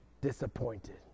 disappointed